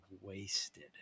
wasted